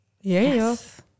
Yes